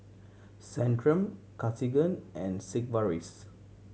Centrum Cartigain and Sigvaris